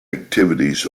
activities